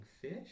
fish